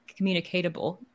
communicatable